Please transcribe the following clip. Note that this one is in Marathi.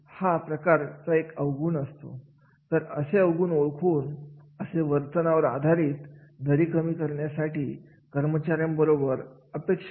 या कार्याला अभियंता गरजेचा आहे का या कार्यासाठी व्यवसायिक माणसाची गरज आहे का किंवा हे कार्य अभियंता आणि व्यावसायिक स्वरूपाचे आहे का का मग हे कार्य व्यवस्थापकीय आणि व्यावसायिक आहे का